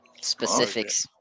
Specifics